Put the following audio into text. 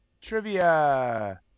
trivia